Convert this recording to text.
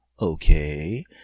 Okay